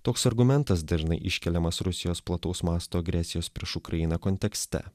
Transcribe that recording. toks argumentas dažnai iškeliamas rusijos plataus masto agresijos prieš ukrainą kontekste